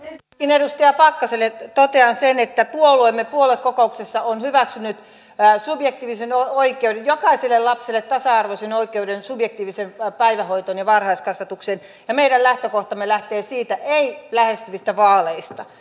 ensinnäkin edustaja pakkaselle totean sen että puolueemme on puoluekokouksessa hyväksynyt subjektiivisen oikeuden jokaiselle lapselle tasa arvoisen oikeuden subjektiiviseen päivähoitoon ja varhaiskasvatukseen ja meidän lähtökohtamme lähtee siitä ei lähestyvistä vaaleista